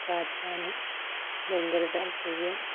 കാച്ചാന് ഭയങ്കര താൽപ്പര്യം